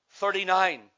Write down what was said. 39